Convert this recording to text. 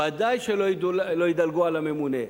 וודאי שלא ידלגו על הממונה.